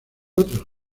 otras